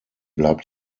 bleibt